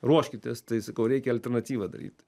ruoškitės tai sakau reikia alternatyvą daryt